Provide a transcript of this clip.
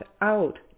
out